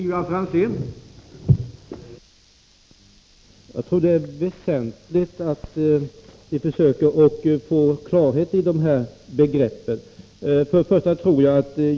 Herr talman! Jag tror att det är väsentligt att vi försöker få klarhet i dessa begrepp.